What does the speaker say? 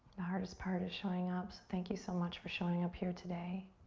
the hardest part is showing up so thank you so much for showing up here today.